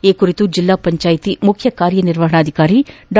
ಈ ಕುರಿತು ಜಿಲ್ಲಾ ಪಂಚಾಯಿತಿ ಮುಖ್ಯ ಕಾರ್ಯ ನಿರ್ವಹಣಾಧಿಕಾರಿ ಡಾ